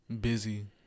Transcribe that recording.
busy